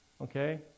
okay